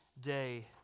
day